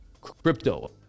crypto